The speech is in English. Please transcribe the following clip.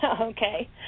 Okay